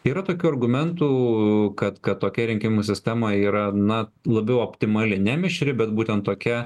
yra tokių argumentų kad kad tokia rinkimų sistema yra na labiau optimali nemišri bet būtent tokia